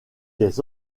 des